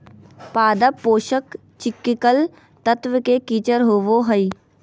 पादप पोषक चिकिकल तत्व के किचर होबो हइ